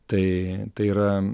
tai yra